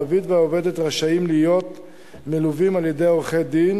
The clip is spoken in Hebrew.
המעביד והעובדת רשאים להיות מלווים על-ידי עורכי-דין